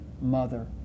mother